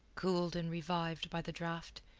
cooled and revived by the draught,